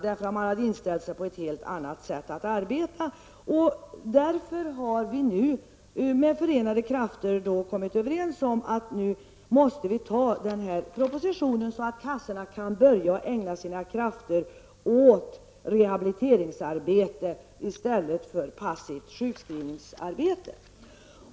Man hade nämligen varit inställd på ett helt annat sätt att arbeta på. Därför har vi nu med förenade krafter kommit överens om att den aktuella propositionen måste antas, så att personalen vid kassorna kan börja ägna sina krafter åt rehabiliteringsarbete i stället för passivt sjukskrivningsarbete.